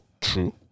True